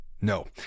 No